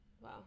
Wow